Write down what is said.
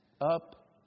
up